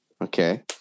Okay